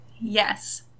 Yes